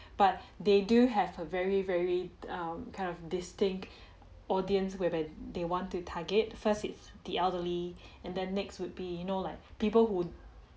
but they do have a very very um kind of distinct audience whereby they want to target first it's the elderly and then next would be you know like people who